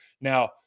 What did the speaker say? Now